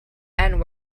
and